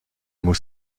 muss